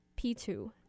P2